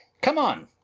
come on!